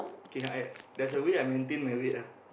okay I there's a way I maintain my weight ah